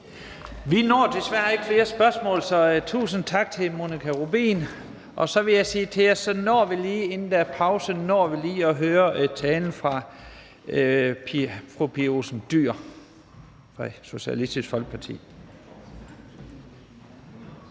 Vi når desværre ikke flere spørgsmål, så tusind tak til fru Monika Rubin. Og så vil jeg sige til jer, at vi inden pausen lige når at høre talen fra fru Pia Olsen Dyhr fra Socialistisk Folkeparti.